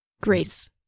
Grace